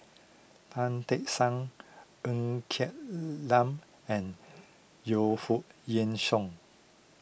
Tan Tee Suan Ng Quee Lam and Yu Foo Yee Shoon